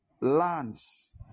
lands